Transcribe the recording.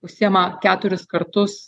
užsiima keturis kartus